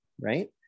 Right